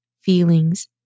feelings